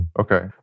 Okay